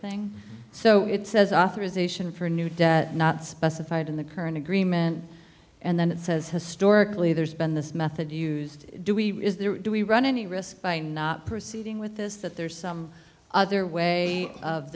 thing so it says authorization for a new dat not specified in the current agreement and then it says historically there's been this method used do we do we run any risk by not proceeding with this that there is some other way of